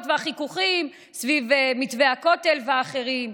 והחיכוכים סביב מתווה הכותל ואחרים,